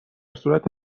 صورت